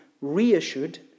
reissued